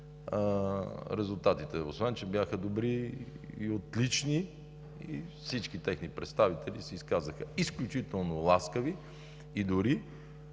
резултатите, освен че бяха добри и отлични, и всички техни представители се изказаха изключително ласкаво и дори